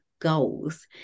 goals